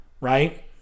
right